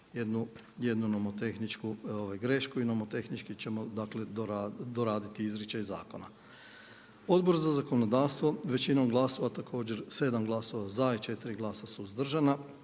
jednu nomotehničku grešku i nomotehnički ćemo, dakle doraditi izričaj zakona. Odbor za zakonodavstvo većinom glasova također 7 glasova za i 4 glasa suzdržana